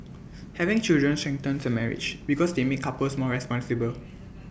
having children strengthens A marriage because they make couples more responsible